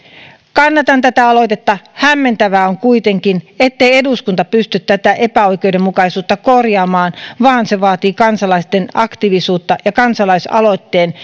kannatan tätä aloitetta hämmentävää on kuitenkin ettei eduskunta pysty tätä epäoikeudenmukaisuutta korjaamaan vaan se vaatii kansalaisten aktiivisuutta ja kansalaisaloitteen